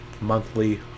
monthly